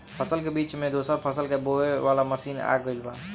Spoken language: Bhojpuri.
फसल के बीच मे दोसर फसल के बोवे वाला मसीन आ गईल बा